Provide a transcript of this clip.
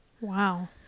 Wow